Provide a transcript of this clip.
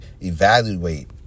evaluate